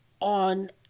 on